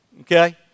Okay